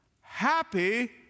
Happy